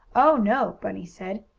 oh, no, bunny said.